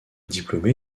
diplômé